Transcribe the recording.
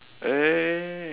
eh